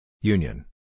Union